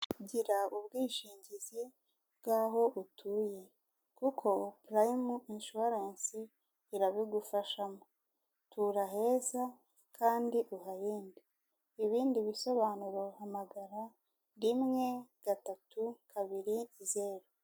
Gira ubwishingizi bw'aho utuye, kuko Purayimu inshuwarensi irabigufashamo. Tura heza kandi uharinde. Ibindi bisobanuro, hamagara rimwe, gatatu, kabiri, zeru.